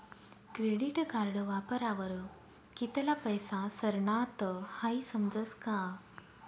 credit card वापरावर कित्ला पैसा सरनात हाई समजस का